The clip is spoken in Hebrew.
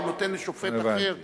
הוא נותן לשופט אחר לדון.